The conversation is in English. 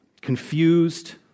confused